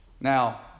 Now